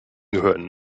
gehören